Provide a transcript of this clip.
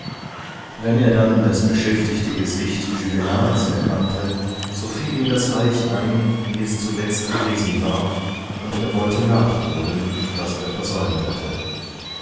wenn er dann das beschäftigte gesicht juvenals erkannte so fiel ihm das reich ein wie es zuletzt gewesen war und er wollte nachholen was er versäumt hatte